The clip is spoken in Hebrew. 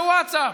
ווטסאפ,